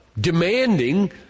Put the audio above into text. demanding